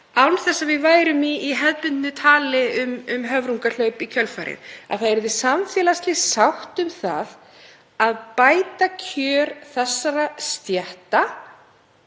án þess að við værum í hefðbundnu tali um höfrungahlaup í kjölfarið. Það yrði samfélagsleg sátt um það að bæta kjör þessara stétta